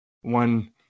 one